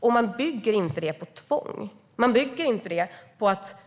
Och man bygger inte det på tvång. Man bygger inte det på att